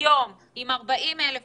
היום, עם 40,000 בדיקות,